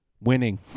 winning